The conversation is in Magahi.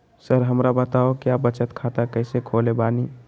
सर हमरा बताओ क्या बचत खाता कैसे खोले बानी?